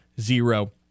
zero